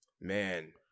man